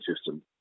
system